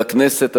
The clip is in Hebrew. והכנסת,